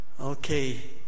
okay